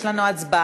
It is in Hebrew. יש לנו הצבעה.